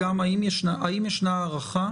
האם ישנה הערכה